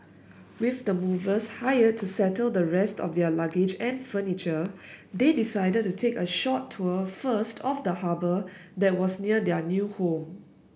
with the movers hired to settle the rest of their luggage and furniture they decided to take a short tour first of the harbour that was near their new home